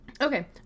Okay